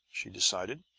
she decided.